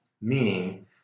meaning